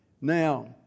Now